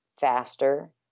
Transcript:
faster